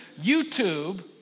YouTube